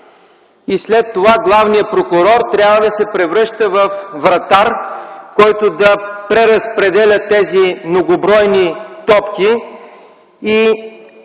След това главният прокурор трябва да се превръща във вратар, който да преразпределя тези многобройни топки.